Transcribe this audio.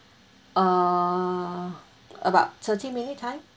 uh about thirty minutes time